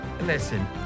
Listen